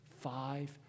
five